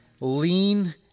lean